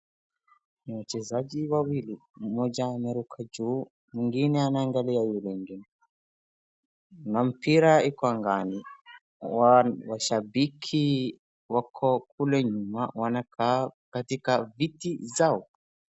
Wachezaji wawili mmoja ameruka juu mwingine aangalia yule mwingine na mpira iko angani. Mashabiki wako kule nyuma wanakaaa katika viti zao.